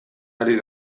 ari